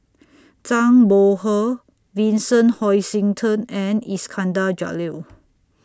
Zhang Bohe Vincent Hoisington and Iskandar Jalil